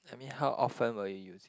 I mean how often will you use it